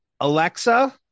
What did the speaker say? Alexa